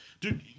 Dude